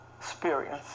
experience